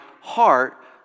heart